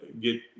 get